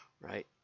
right